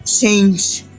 change